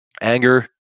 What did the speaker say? Anger